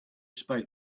spoke